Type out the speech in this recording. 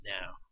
now